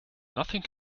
nothing